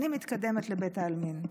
אני מתקדמת לבית העלמין.